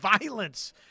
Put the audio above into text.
violence